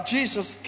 Jesus